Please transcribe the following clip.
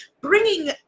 bringing